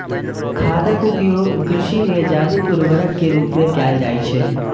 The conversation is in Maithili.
खादक उपयोग कृषि मे जैविक उर्वरक के रूप मे कैल जाइ छै